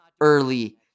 early